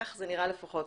כך זה נראה לפחות